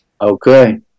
Okay